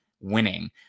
winning